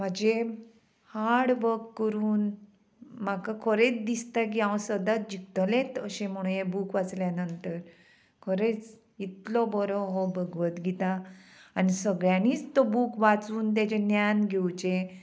म्हाजें hard work करून म्हाका खरेंच दिसता की हांव सदांच जिकतलेंच अशें म्हणून हें बूक वाचल्या नंतर खरेंच इतलो बरो हो भगवत गीता आनी सगळ्यांनीच तो बूक वाचून तेजें ज्ञान घेवचें